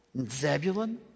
Zebulun